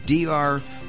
Dr